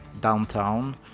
downtown